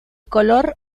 color